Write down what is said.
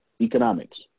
Economics